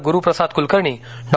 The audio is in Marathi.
गुरुप्रसाद कुलकर्णी डॉ